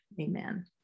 amen